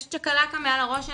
יש צ'קלקה מעל לראש שלהם,